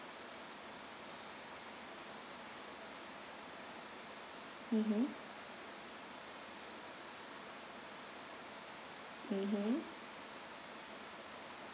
mmhmm mmhmm